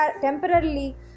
temporarily